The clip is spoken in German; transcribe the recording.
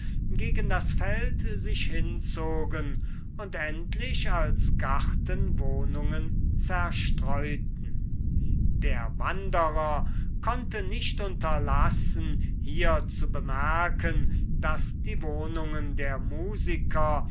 gegen das feld sich hinzogen und endlich als gartenwohnungen zerstreuten der wanderer konnte nicht unterlassen hier zu bemerken daß die wohnungen der musiker